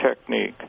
technique